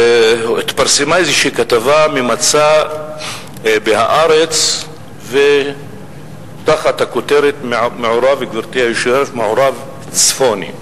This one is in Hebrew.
כתבה ממצה ב"הארץ" תחת הכותרת "מעורב צפוני",